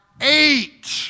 eight